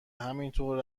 همینطور